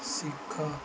ଶିଖ